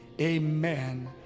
Amen